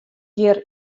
hjir